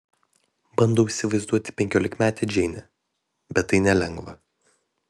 bandau įsivaizduoti penkiolikmetę džeinę bet tai nelengva